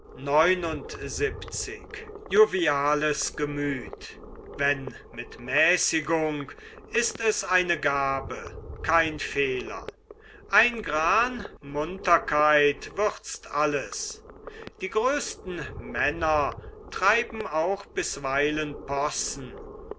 wenn mit mäßigung ist es eine gabe kein fehler ein gran munterkeit würzt alles die größten männer treiben auch bisweilen possen